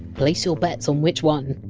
place your bets on which one!